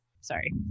Sorry